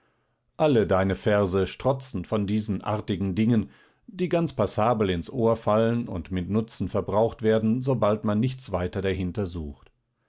alle deine verse strotzen von diesen artigen dingen die ganz passabel ins ohr fallen und mit nutzen verbraucht werden sobald man nichts weiter dahinter sucht